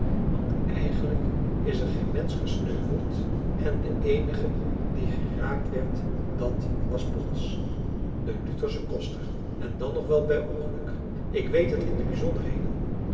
want eigenlijk is er geen mensch gesneuveld en de eenige die geraakt werd dat was pons de luthersche koster en dan nog wel bij ongeluk ik weet het in de bijzonderheden